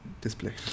display